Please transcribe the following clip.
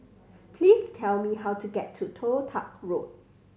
please tell me how to get to Toh Tuck Road